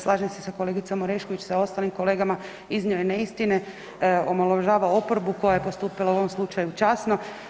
Slažem se sa kolegicom Orešković, sa ostalim kolegama iznio je neistine, omalovažava oporbu koja je postupila u ovom slučaju časno.